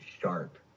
sharp